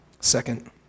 Second